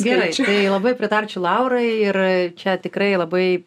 gerai tai labai pritarčiau laurai ir čia tikrai labai